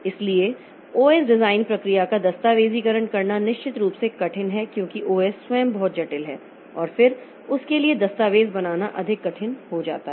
इसलिए OS design प्रक्रिया का दस्तावेज़ीकरण करना निश्चित रूप से कठिन है क्योंकि OS स्वयं बहुत जटिल है और फिर उसके लिए दस्तावेज़ बनाना अधिक कठिन हो जाता है